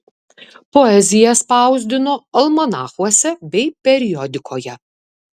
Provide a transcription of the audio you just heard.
poeziją spausdino almanachuose bei periodikoje